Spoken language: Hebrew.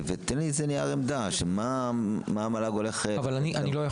תן לי איזה נייר עמדה בלי להיכנס לרזולוציות.